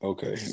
Okay